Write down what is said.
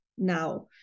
now